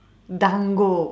dango